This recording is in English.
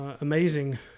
amazing